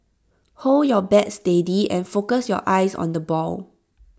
hold your bat steady and focus your eyes on the ball